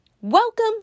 Welcome